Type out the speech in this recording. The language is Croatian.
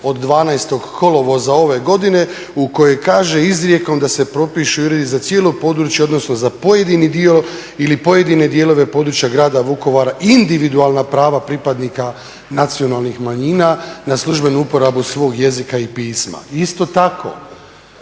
od 12.kolovoza ove godine u kojoj kaže izrijekom "da se propiše ili za cijelo područje odnosno za pojedini dio ili pojedine dijelove područja grada Vukovara individualna prava pripadnika nacionalnih manjina na službenu uporabu svog jezika i pisma". Isto tako